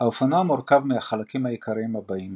האופנוע מורכב מהחלקים העיקריים הבאים